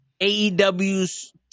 AEW's